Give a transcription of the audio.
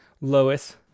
Lois